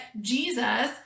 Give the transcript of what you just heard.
Jesus